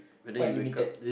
quite limited